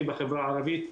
בבקשה.